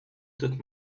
took